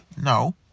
no